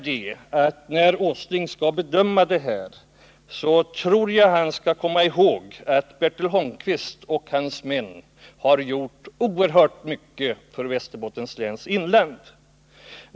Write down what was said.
När Nils Åsling skall bedöma saken bör han komma ihåg att Bertil Holmkvist och hans män har gjort mycket för Västerbottens läns inland.